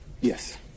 Yes